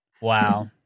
Wow